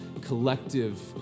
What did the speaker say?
collective